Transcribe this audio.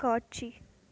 காட்சி